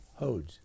Hodes